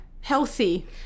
healthy